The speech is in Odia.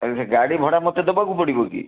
ଆରେ ସେ ଗାଡ଼ି ଭଡ଼ା ମୋତେ ଦେବାକୁ ପଡ଼ିବ କି